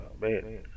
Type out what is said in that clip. man